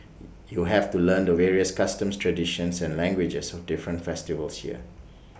you have to learn the various customs traditions and languages of different festivals here